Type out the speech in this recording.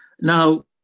Now